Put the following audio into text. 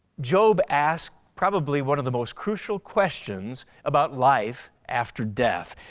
job asked probably one of the most crucial questions about life after death.